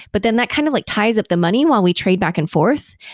but then that kind of like ties up the money while we trade back and forth.